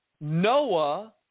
Noah